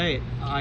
so